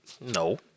No